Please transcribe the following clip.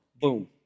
Boom